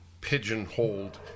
pigeonholed